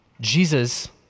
Jesus